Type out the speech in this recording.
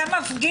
אתה מפגין-